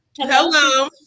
Hello